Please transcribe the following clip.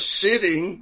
sitting